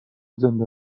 زنده